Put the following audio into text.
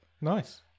Nice